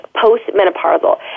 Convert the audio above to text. post-menopausal